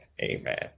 amen